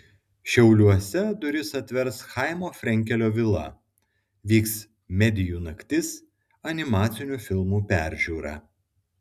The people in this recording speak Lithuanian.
šiauliuose duris atvers chaimo frenkelio vila vyks medijų naktis animacinių filmų peržiūra